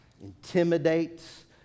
intimidates